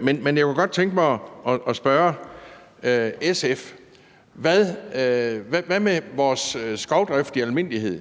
nyt. Jeg kunne godt tænke mig at spørge SF: Hvad med vores skovdrift i almindelighed?